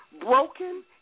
broken